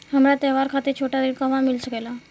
हमरा त्योहार खातिर छोटा ऋण कहवा मिल सकेला?